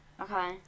Okay